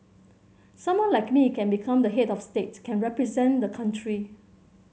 someone like me can become the head of state can represent the country